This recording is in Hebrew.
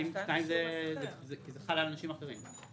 זה חל על אנשים אחרים.